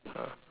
ah